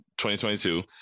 2022